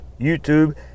YouTube